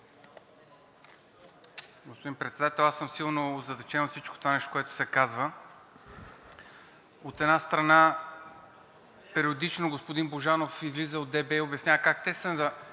Господин Председател, аз съм силно озадачен от всичко това, което се казва. От една страна, периодично господин Божанов излиза от „Демократична